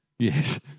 Yes